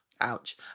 Ouch